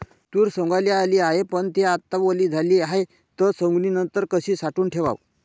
तूर सवंगाले आली हाये, पन थे आता वली झाली हाये, त सवंगनीनंतर कशी साठवून ठेवाव?